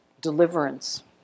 deliverance